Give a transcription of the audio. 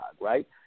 right